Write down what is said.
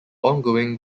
ongoing